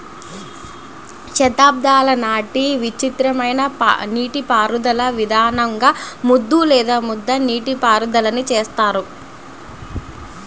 శతాబ్దాల నాటి విచిత్రమైన నీటిపారుదల విధానంగా ముద్దు లేదా ముద్ద నీటిపారుదలని చూస్తారు